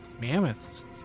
mammoths